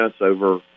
over